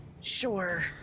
Sure